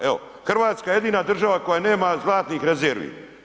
Evo, Hrvatska je jedina država koja nema zlatnih rezervi.